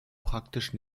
praktisch